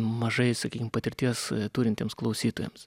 mažai sakykim patirties turintiems klausytojams